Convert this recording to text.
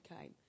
came